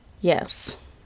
Yes